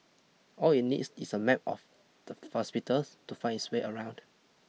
all it needs is a map of the hospitals to find its way around